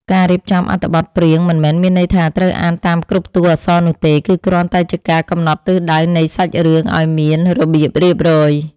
ការរៀបចំអត្ថបទព្រាងមិនមែនមានន័យថាត្រូវអានតាមគ្រប់តួអក្សរនោះទេគឺគ្រាន់តែជាការកំណត់ទិសដៅនៃសាច់រឿងឱ្យមានរបៀបរៀបរយ។